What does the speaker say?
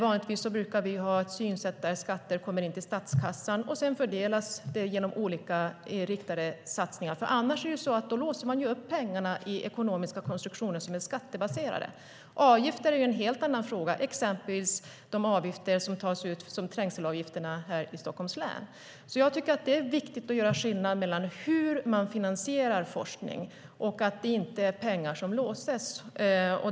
Vanligtvis brukar vi ha ett synsätt att skatter ska komma in till statskassan och sedan fördelas genom olika riktade satsningar. Annars låser man pengarna i ekonomiska konstruktioner som är skattebaserade. Avgifter är en helt annan fråga, exempelvis trängselavgifterna i Stockholms län. Jag tycker att det är viktigt att skilja mellan hur man finansierar forskning och att det inte är pengar som låses.